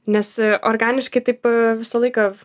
nes organiškai taip visą laiką